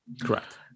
Correct